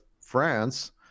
France